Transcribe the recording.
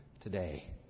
today